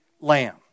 lamb